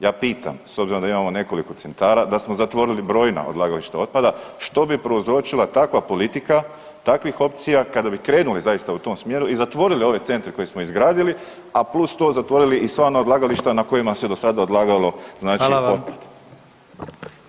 Ja pitam, s obzirom da imamo nekoliko centara, da smo zatvorili brojna odlagališta otpada, što bi prouzročila takva politika takvih opcija kada bi krenuli zaista u tom smjeru i zatvorili ove centre koje smo izgradili a plus to zatvorili i sva ona odlagališta na kojima se do sad odlagalo [[Upadica predsjednik: Hvala vam.]] znači otpad?